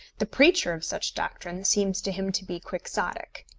the preacher of such doctrine seems to him to be quixotic.